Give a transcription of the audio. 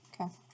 Okay